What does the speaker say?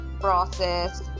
process